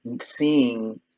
seeing